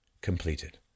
completed